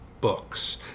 books